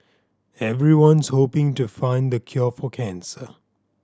everyone's hoping to find the cure for cancer